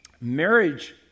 Marriage